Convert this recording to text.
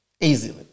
Easily